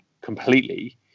completely